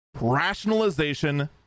Rationalization